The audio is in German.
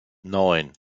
neun